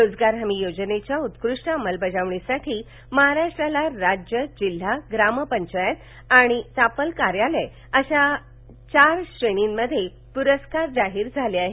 रोजगार हमी योजनेच्या उत्कृष्ट अंमलबाजवणीसाठी महाराष्ट्राला राज्य जिल्हा ग्रामपंचायत आणि तापल कार्यालय अशा चार श्रेणींमध्ये पुरस्कार जाहीर झाले आहेत